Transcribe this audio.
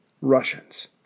Russians